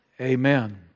Amen